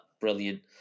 brilliant